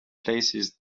places